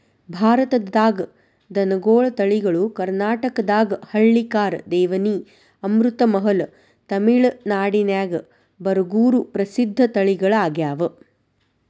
ಭಾರತದಾಗ ದನಗೋಳ ತಳಿಗಳು ಕರ್ನಾಟಕದಾಗ ಹಳ್ಳಿಕಾರ್, ದೇವನಿ, ಅಮೃತಮಹಲ್, ತಮಿಳನಾಡಿನ್ಯಾಗ ಬರಗೂರು ಪ್ರಸಿದ್ಧ ತಳಿಗಳಗ್ಯಾವ